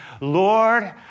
Lord